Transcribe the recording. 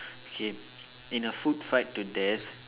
okay in a food fight to death